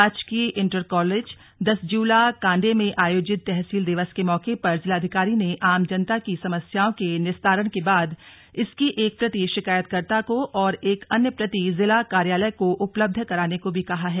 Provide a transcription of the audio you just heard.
राजकीय inter college Dashjyula Kandai में आयोजित तहसील दिवस के मौके पर जिलाधिकारी ने आम जनता की समस्याओं के निस्तारण के बाद इसकी एक प्रति शिकायतकर्ता को और एक अन्य प्रति जिला कार्यालय को उपलब्ध कराने को भी कहा है